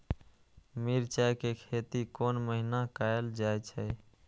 मिरचाय के खेती कोन महीना कायल जाय छै?